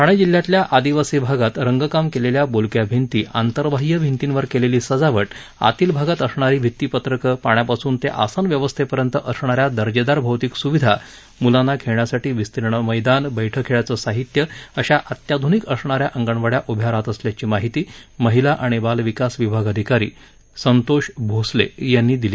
ठाणे जिल्ह्याच्या आदिवासी भागात रंगकाम केलेल्या बोलक्या भिंती आंतर्बाह्य भिंतींवर केलेली सजावट आतील भागात असणारी भित्तीपत्रक पाण्यापासून ते आसन व्यवस्थेपर्यंत असणाऱ्या दर्जेदार भौतिक सुविधा मुलांना खेळण्यासाठी विस्तीर्ण मैदान बैठे खेळाचं साहित्य अशा अत्याधुनिक असणाऱ्या अंगणवाड्या उभ्या राहत असल्याची माहिती महिला आणि बाल विकास विभाग अधिकारी संतोष भोसले यांनी दिली